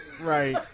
Right